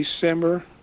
December